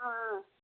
ஆ ஆ